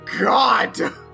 god